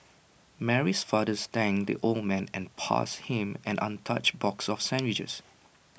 Mary's father thanked the old man and passed him an untouched box of sandwiches